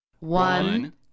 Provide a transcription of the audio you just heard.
One